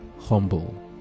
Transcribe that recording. humble